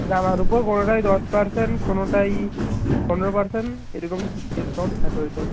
জামার উপর কোনোটায় দশ পারসেন্ট কোনোটায় পনেরো পারসেন্ট এরকম ডিসকাউন্ট থাকে ওইটায়